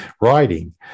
writing